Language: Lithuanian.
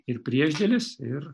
ir priešdėlis ir